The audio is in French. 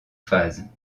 phase